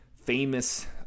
famous